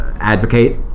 advocate